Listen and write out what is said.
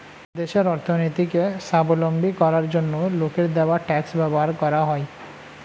দেশের অর্থনীতিকে স্বাবলম্বী করার জন্য লোকের দেওয়া ট্যাক্স ব্যবহার করা হয়